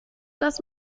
das